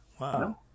wow